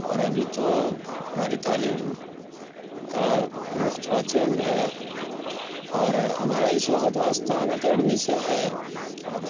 اور ابھی تو ہماری تعلیم کا رخ تھوڑا چینج ہے اور ہمارا اس وقت واسطہ ان اکیڈمی سے ہے اور